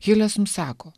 hilesum sako